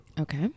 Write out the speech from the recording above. okay